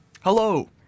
Hello